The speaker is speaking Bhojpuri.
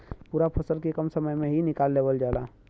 पूरा फसल के कम समय में ही निकाल लेवल जाला